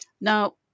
Now